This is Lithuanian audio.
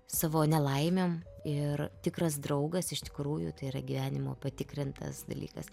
savo nelaimėm ir tikras draugas iš tikrųjų tai yra gyvenimo patikrintas dalykas